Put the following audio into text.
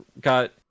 got